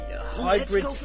Hybrid